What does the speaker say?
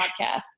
podcast